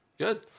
Good